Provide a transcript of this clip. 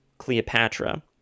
Cleopatra